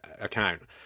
account